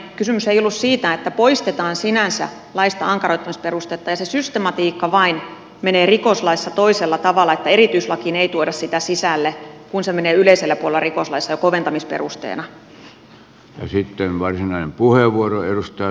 kysymys ei ollut siitä että poistetaan sinänsä laista ankaroittamisperuste se systematiikka vain menee rikoslaissa toisella tavalla niin että erityislakiin ei tuoda sitä sisälle kun se menee yleisellä puolella rikoslaissa jo koventamisperusteena